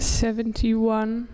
seventy-one